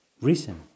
Reason